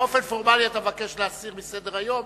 באופן פורמלי אתה מבקש להסיר מסדר-היום,